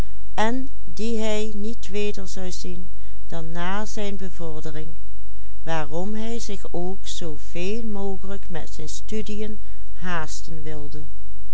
bevordering waarom hij zich ook zoo veel mogelijk met zijn studiën haasten wilde